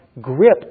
grip